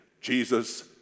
Jesus